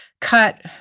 cut